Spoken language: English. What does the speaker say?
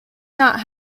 not